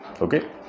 okay